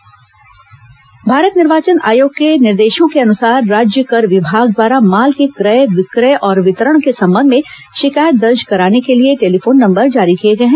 निर्वाचन आयोग शिकायत समिति भारत निर्वाचन आयोग के निर्देशों के अनुसार राज्य कर विभाग द्वारा माल के क्रय विक्रय और वितरण के संबंध में शिकायत दर्ज कराने के लिए टेलीफोन नंबर जारी किए गए हैं